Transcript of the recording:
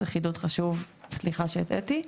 זה חידוד חשוב וסליחה שהטעיתי.